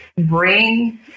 bring